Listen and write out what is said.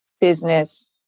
business